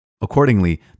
Accordingly